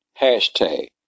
hashtag